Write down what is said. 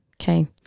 Okay